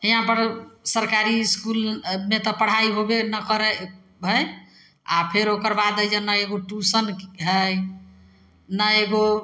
हिआँपर सरकारी इसकुलमे तऽ पढ़ाइ होबे नहि करै हइ आओर फेर ओकर बाद एहि जङ्ग नहि एगो ट्यूशन हइ नहि एगो